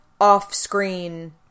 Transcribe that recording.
off-screen